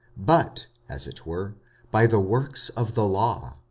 but as it were by the works of the law.